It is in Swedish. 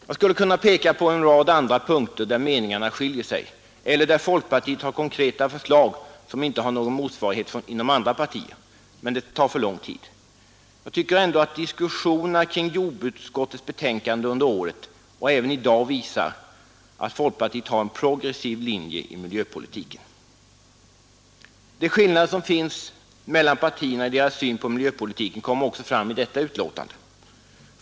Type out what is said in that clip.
Jag skulle kunna peka på en rad andra punkter där meningarna skiljer sig eller där folkpartiet ställer konkreta förslag som inte har någon motsvarighet inom andra partier — men det tar för lång tid. Jag tycker ändå att diskussionerna kring jordbruksutskottets betänkanden under året och även i dag visar att folkpartiet har en progressiv linje i miljöpolitiken. De skillnader som finns mellan partierna i deras syn på miljöpolitiken kommer också fram i detta betänkande.